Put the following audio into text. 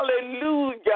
hallelujah